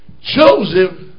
Joseph